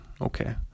Okay